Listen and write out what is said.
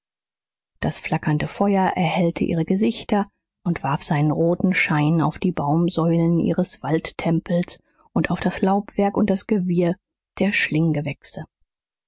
das flackernde feuer erhellte ihre gesichter und warf seinen roten schein auf die baumsäulen ihres waldtempels und auf das laubwerk und das gewirr der